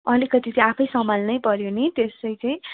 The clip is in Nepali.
अलिकति चाहिँ आफैँ सम्हाल्नै पर्यो नि त्यसै चाहिँ